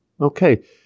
okay